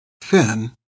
Finn